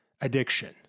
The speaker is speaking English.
addiction